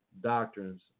doctrines